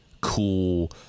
cool